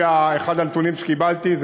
לפי אחד הנתונים שקיבלתי,